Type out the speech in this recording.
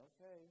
okay